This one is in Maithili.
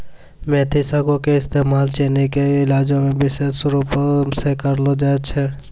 मेथी सागो के इस्तेमाल चीनी के इलाजो मे विशेष रुपो से करलो जाय छै